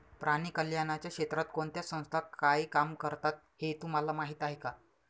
प्राणी कल्याणाच्या क्षेत्रात कोणत्या संस्था काय काम करतात हे तुम्हाला माहीत आहे का?